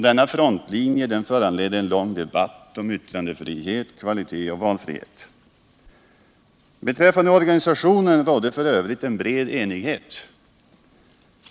Denna frontlinje föranledde en lång debatt om yttrandefrihet, kvalitet och valfrihet. Beträffande organisationen rådde f. ö. en bred enighet.